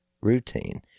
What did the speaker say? routine